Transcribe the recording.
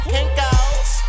Kinkos